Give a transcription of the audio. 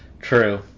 True